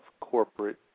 corporate